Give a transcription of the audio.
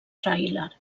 tràiler